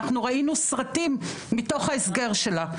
אנחנו ראינו סרטים מתוך ההסגר שלה.